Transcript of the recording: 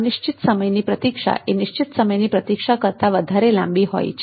અનિશ્ચિત સમયની પ્રતિક્ષા એ નિશ્ચિત સમયની પ્રતિક્ષા કરતાં વધારે લાંબી હોય છે